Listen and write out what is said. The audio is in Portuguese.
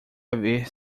haver